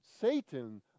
Satan